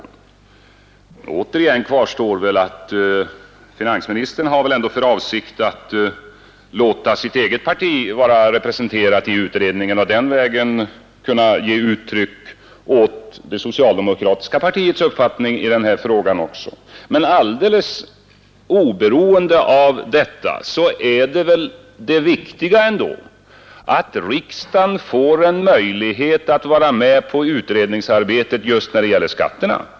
Men återigen kvarstår att finansministern ändå måste ha för avsikt att låta sitt eget parti vara representerat i utredningen och på den vägen ge uttryck åt socialdemokratiska partiets uppfattning också. Men alldeles oberoende av detta är ändå det viktiga att riksdagen får en möjlighet att vara med i utredningsarbetet just när det gäller skatterna.